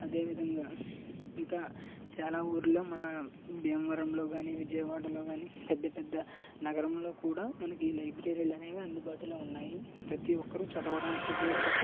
అదేవిధంగా ఇక చాలా ఊళ్ళో మన భీమవరంలో కానీ విజయవాడలో కానీ పెద్దపెద్ద నగరంలో కూడా మనకి లైబ్రరీలు అనేవి అందుబాటులో ఉన్నాయి ప్రతీ ఒక్కరు చదవడానికి ఉపయోగపడే